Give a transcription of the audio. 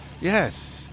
Yes